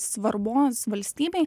svarbos valstybei